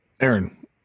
Aaron